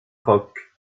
rock